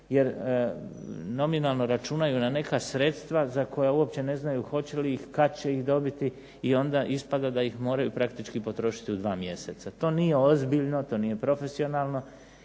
jer nominalno računaju na neka sredstva za koja uopće ne znaju hoće li ih, kad će ih dobiti i onda ispada da ih moraju praktički potrošiti u dva mjeseca. To nije ozbiljno. To nije profesionalno